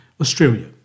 Australia